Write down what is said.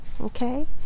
okay